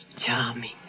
Charming